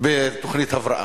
בתוכנית הבראה.